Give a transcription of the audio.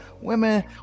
women